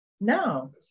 no